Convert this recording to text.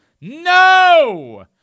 No